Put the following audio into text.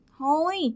Thôi